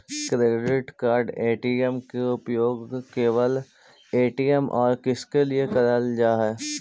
Credit card ATM card के उपयोग केवल ए.टी.एम और किसके के लिए करल जा है?